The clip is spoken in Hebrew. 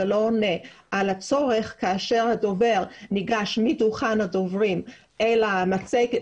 זה לא ענה על הצורך כאשר הדובר ניגש מדוכן הדוברים אל המצגת